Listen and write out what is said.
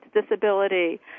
disability